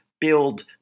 build